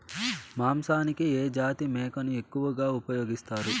మాంసానికి ఏ జాతి మేకను ఎక్కువగా ఉపయోగిస్తారు?